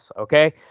okay